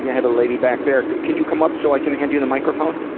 yeah have a lady back there. can, can you come up so i can hand you the microphone?